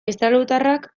estralurtarrak